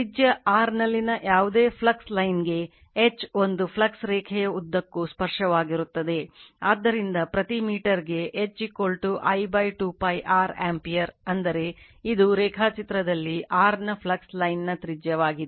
ತ್ರಿಜ್ಯ r ನಲ್ಲಿನ ಯಾವುದೇ ಫ್ಲಕ್ಸ್ ಲೈನ್ಗೆ H ಒಂದು ಫ್ಲಕ್ಸ್ ರೇಖೆಯ ಉದ್ದಕ್ಕೂ ಸ್ಪರ್ಶವಾಗಿರುತ್ತದೆ ಆದ್ದರಿಂದ ಪ್ರತಿ ಮೀಟರ್ಗೆ H I 2 π r ಆಂಪಿಯರ್ ಅಂದರೆ ಇದು ರೇಖಾಚಿತ್ರದಲ್ಲಿ r ನ ಫ್ಲಕ್ಸ್ ಲೈನ್ನ ತ್ರಿಜ್ಯವಾಗಿದೆ